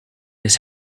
his